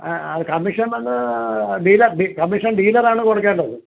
ആ അത് കമ്മീഷൻ വന്ന് ഡീലർ ഡീ കമ്മീഷൻ ഡീലർ ആണ് കൊടുക്കേണ്ടത്